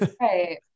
right